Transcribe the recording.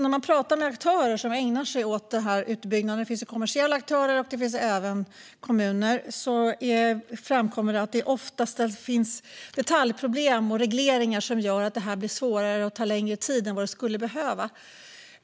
När man pratar med aktörer som ägnar sig åt utbyggnaden - kommersiella aktörer och även kommuner - framkommer att det ofta finns detaljproblem och regleringar som gör att utbyggnaden blir svårare och tar längre tid än vad som skulle behövas.